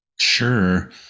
Sure